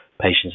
patients